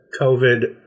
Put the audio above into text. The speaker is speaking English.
COVID